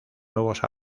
nuevos